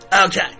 Okay